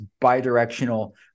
bi-directional